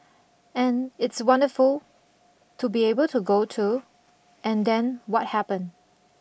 and it's wonderful to be able to go to and then what happened